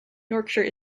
yorkshire